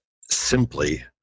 simply